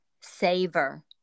savor